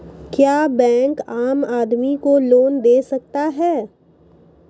क्या बैंक आम आदमी को लोन दे सकता हैं?